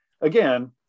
again